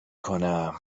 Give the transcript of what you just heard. کنم